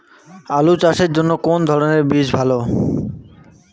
আলু চাষের জন্য কোন ধরণের বীজ ভালো?